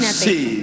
see